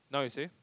now you say